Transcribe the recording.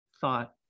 thought